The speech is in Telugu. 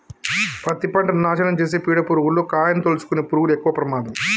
పత్తి పంటను నాశనం చేసే పీడ పురుగుల్లో కాయను తోలుసుకునే పురుగులు ఎక్కవ ప్రమాదం